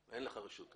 אין לך רשות.